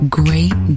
great